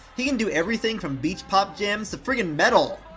he can do everything from beach pop jams to friggin' metal!